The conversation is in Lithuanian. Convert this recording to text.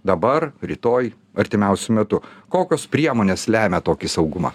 dabar rytoj artimiausiu metu kokios priemonės lemia tokį saugumą